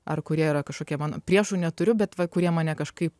ar kurie yra kažkokie mano priešų neturiu bet va kurie mane kažkaip